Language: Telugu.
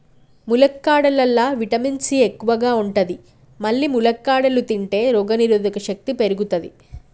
ములక్కాడలల్లా విటమిన్ సి ఎక్కువ ఉంటది మల్లి ములక్కాడలు తింటే రోగనిరోధక శక్తి పెరుగుతది